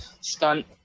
stunt